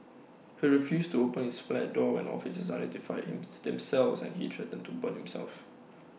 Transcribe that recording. he refused to open his flat door when officers identified themselves and he threatened to burn himself